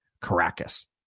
Caracas